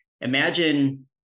imagine